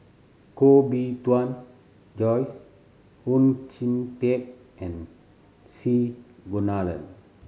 Koh Bee Tuan Joyce Oon Jin Teik and C Kunalan